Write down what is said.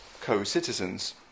co-citizens